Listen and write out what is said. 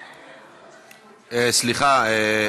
סליחה.